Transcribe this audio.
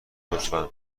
لطفا